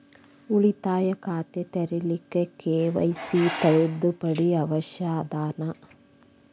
ಉಳಿತಾಯ ಖಾತೆ ತೆರಿಲಿಕ್ಕೆ ಕೆ.ವೈ.ಸಿ ತಿದ್ದುಪಡಿ ಅವಶ್ಯ ಅದನಾ?